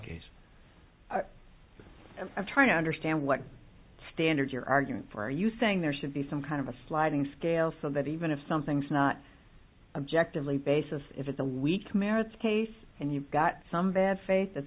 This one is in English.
case i'm trying to understand what standard you're arguing for are you saying there should be some kind of a sliding scale so that even if something's not objective lay basis if it's a weak merits case and you've got some bad faith that